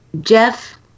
Jeff